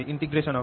r r